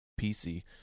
PC